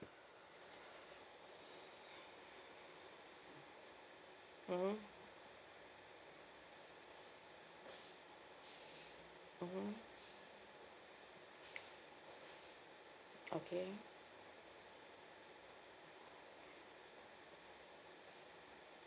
mmhmm mmhmm okay